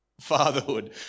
fatherhood